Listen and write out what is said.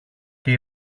και